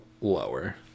lower